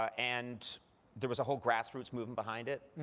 ah and there was a whole grassroots movement behind it.